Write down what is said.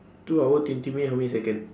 two hour twenty minute how many second